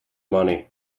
money